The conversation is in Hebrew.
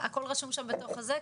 הכול רשום שם בדוח הזה,